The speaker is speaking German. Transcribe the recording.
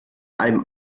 einem